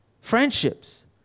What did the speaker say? friendships